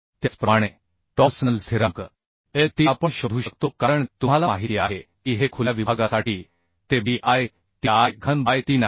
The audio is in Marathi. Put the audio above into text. त्याचप्रमाणे टॉर्सनल स्थिरांक It आपण शोधू शकतो कारण तुम्हाला माहिती आहे की हे खुल्या विभागासाठी ते Bit i घन बाय 3 आहे